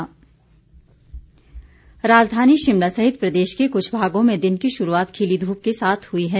मौसम राजधानी शिमला सहित प्रदेश के कुछ भागों में दिन की शुरुआत खिली धूप के साथ हुई है